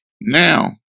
now